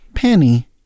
Penny